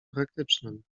praktycznym